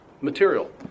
material